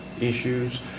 issues